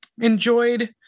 enjoyed